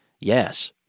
Yes